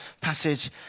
passage